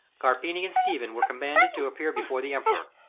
carpini and stephen were commanded to appear before the emperor.